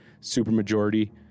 supermajority